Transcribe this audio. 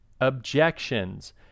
objections